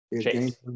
Chase